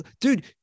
dude